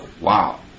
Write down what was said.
Wow